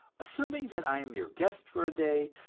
assuming that i am your guest for a day,